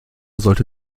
sollte